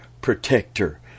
protector